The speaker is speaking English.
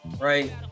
right